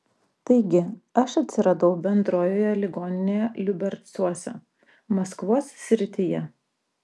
taigi aš atsiradau bendrojoje ligoninėje liubercuose maskvos srityje